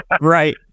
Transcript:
right